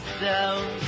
down